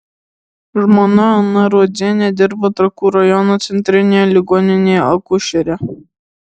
žmona ona rudzienė dirba trakų rajono centrinėje ligoninėje akušere